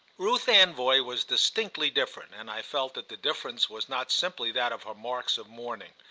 ruth anvoy was distinctly different, and i felt that the difference was not simply that of her marks of mourning.